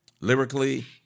Lyrically